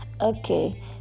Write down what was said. okay